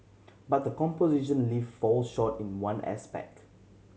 but the composition lift falls short in one aspect